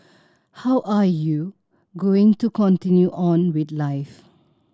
how are you going to continue on with life